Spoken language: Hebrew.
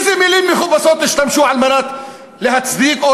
באיזה מילים מכובסות השתמשו כדי להצדיק או